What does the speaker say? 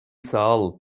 saal